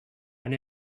and